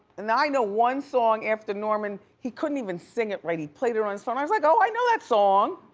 and i know one song after norman, he couldn't even sing it right, he played it on his phone, i was like, oh, i know that song!